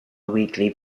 weekly